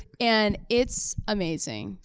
and it's amazing.